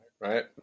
right